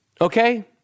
Okay